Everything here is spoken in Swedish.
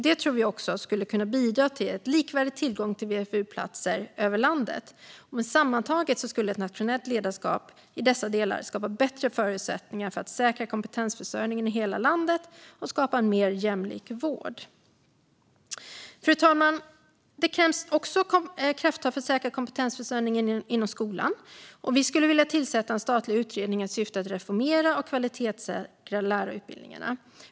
Detta tror vi skulle kunna bidra till en likvärdig tillgång till VFU-platser över landet. Sammantaget skulle ett nationellt ledarskap i dessa delar skapa bättre förutsättningar för att säkra kompetensförsörjningen i hela landet och skapa en mer jämlik vård. Fru talman! Det krävs också krafttag för att säkra kompetensförsörjningen inom skolan. Vi vill tillsätta en statlig utredning med syfte att reformera och kvalitetssäkra lärarutbildningarna.